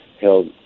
held